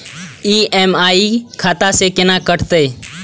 EMI खाता से केना कटते?